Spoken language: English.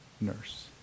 nurse